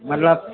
मतलब